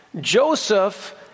Joseph